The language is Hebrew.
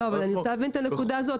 אני רוצה להבין את הנקודה הזאת.